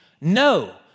no